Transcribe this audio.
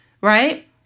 right